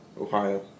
Ohio